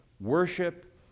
Worship